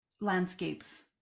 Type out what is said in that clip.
landscapes